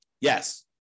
Yes